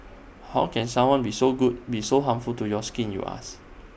how can someone be so good be so harmful to your skin you ask